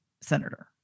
senator